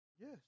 Yes